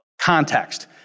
context